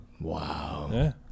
Wow